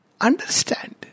Understand